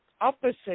opposite